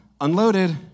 unloaded